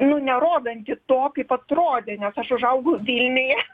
nu nerodanti to kaip atrodė ne aš užaugau vilniuje